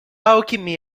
alquimia